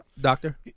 Doctor